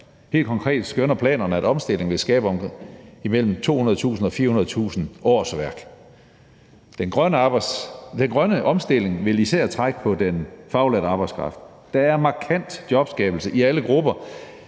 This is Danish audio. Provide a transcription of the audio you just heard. Helt konkret skønner planerne, at omstillingen vil skabe imellem 200.000 og 400.000 årsværk. Den grønne omstilling vil især trække på den faglærte arbejdskraft. Der er markant jobskabelse i alle grupper,